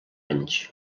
anys